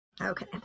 okay